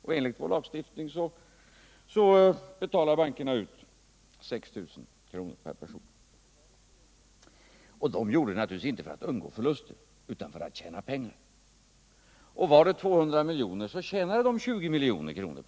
Och enligt vår lagstiftning betalade bankerna ut 6 000 kr. per person. Dessa valutainköp gjorde man naturligtvis inte för att undgå förluster utan för att tjäna pengar. Om det rörde sig om 200 miljoner så tjänade man 20 miljoner.